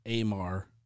AMAR